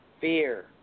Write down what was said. Fear